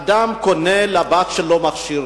אדם קונה לבת שלו מכשיר,